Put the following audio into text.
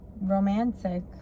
romantic